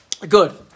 good